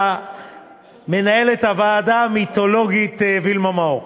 למנהלת הוועדה המיתולוגית וילמה מאור.